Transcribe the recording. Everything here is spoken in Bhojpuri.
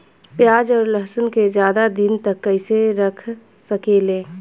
प्याज और लहसुन के ज्यादा दिन तक कइसे रख सकिले?